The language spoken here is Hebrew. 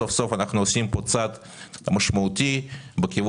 סוף-סוף אנו עושים פה צעד משמעותי בכיוון